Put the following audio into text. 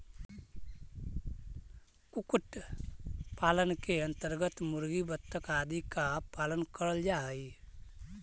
कुक्कुट पालन के अन्तर्गत मुर्गी, बतख आदि का पालन करल जा हई